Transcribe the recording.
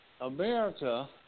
America